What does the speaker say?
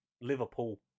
Liverpool